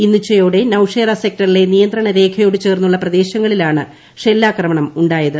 ഇന്നുച്ചയോടെ നൌഷേറ സെക്ടറിലെ നിയന്ത്രണരേഖയോട് ചേർന്നുള്ള പ്രദേശങ്ങളിലാണ് ഷെല്ലാക്രമണം ഉ ായത്